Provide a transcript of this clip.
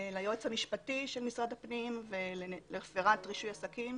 ליועץ המשפטי של משרד הפנים ולהסדרת רישוי עסקים,